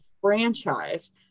franchise